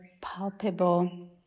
palpable